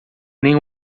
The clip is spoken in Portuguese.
nem